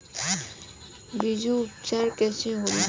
बीजो उपचार कईसे होला?